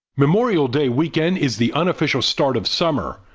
memorial day weekend is the unofficial start of summer,